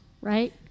right